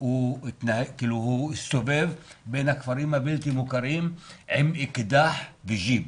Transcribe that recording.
הוא הסתובב בין הכפרים הבלתי מוכרים עם אקדח וג'יפ.